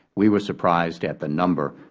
we were surprised at the number,